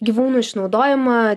gyvūnų išnaudojimą